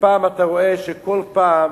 ופעם אתה רואה שכל פעם